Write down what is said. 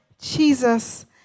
Jesus